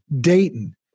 dayton